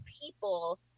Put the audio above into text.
people